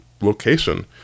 location